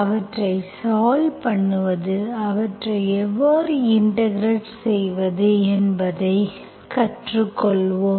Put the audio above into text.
அவற்றை சால்வ் பண்ணுவது அவற்றை எவ்வாறு இன்டெகிரெட் செய்வது என்பதைக் கற்றுக்கொள்வோம்